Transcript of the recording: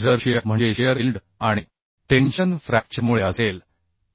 जर शिअर म्हणजे shear yield आणि टेन्शन फ्रॅक्चरमुळे असेल